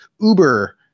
uber